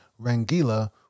Rangila